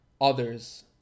others